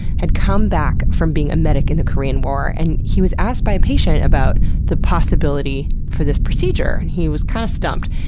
had come back from being a medic in the korean war, and he was asked by a patient about the possibility for this procedure. and he was kind of stumped,